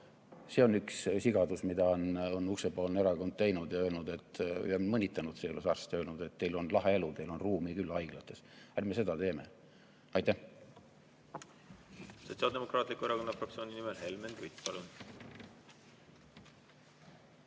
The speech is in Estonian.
See on üks sigadus, mida on uksepoolne erakond teinud, ja mõnitanud seejuures arste, öelnud, et teil on lahe elu, teil on ruumi küll haiglates. Ärme seda teeme! Aitäh!